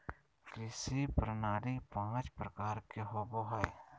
कृषि प्रणाली पाँच प्रकार के होबो हइ